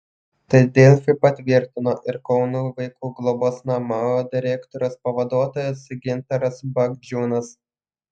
tai delfi patvirtino ir kauno vaikų globos namų direktoriaus pavaduotojas gintaras bagdžiūnas